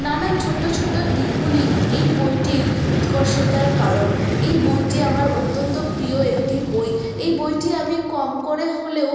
নানান ছোট্ট ছোট্ট দিকগুলি এই বইটির উৎকর্ষতার কারণ এই বইটি আমার অত্যন্ত প্রিয় একটি বই এই বইটি আমি কম করে হলেও